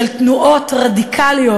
של תנועות רדיקליות,